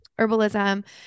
herbalism